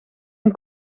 een